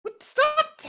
Stop